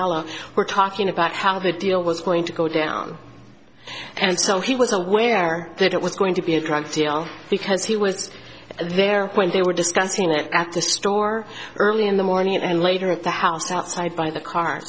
guy were talking about how the deal was going to go down and so he was aware that it was going to be a drug deal because he was there when they were discussing it at the store early in the morning and later at the house outside by the car